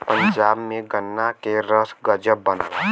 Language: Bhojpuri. पंजाब में गन्ना के रस गजक बनला